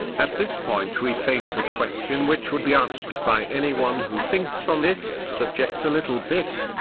at this point we face a question which would be asked by anyone who thinks on this subject a little bit.